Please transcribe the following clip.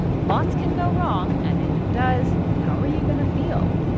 lots can go wrong. and if it does, how are you going to feel?